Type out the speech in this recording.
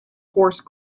horse